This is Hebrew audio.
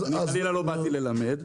אני חלילה לא באתי ללמד,